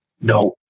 No